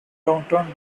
downtown